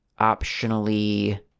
optionally